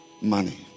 money